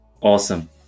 awesome